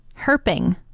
Herping